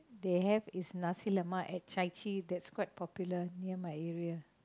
they have is nasi-lemak at Chai-Chee near my area